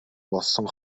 болсон